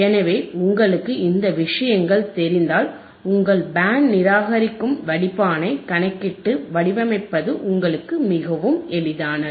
எனவே உங்களுக்குத் இந்த விஷயங்கள் தெரிந்தால் உங்கள் பேண்ட் நிராகரிக்கும் வடிப்பானைக் கணக்கிட்டு வடிவமைப்பது உங்களுக்கு மிகவும் எளிதானது